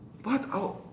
but I'll